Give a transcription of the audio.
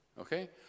okay